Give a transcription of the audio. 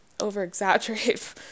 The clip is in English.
over-exaggerate